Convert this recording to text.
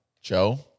Joe